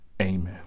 Amen